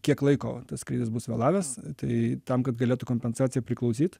kiek laiko tas skrydis bus vėlavęs tai tam kad galėtų kompensacija priklausyt